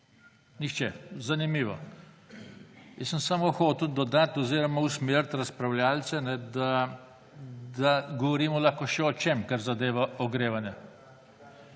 Nihče, zanimivo. Jaz sem samo hotel dodati oziroma usmeriti razpravljavce, da govorimo lahko še o čem, kar zadeva ogrevanje.